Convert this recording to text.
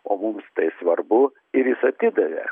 o mums tai svarbu ir jis atidavė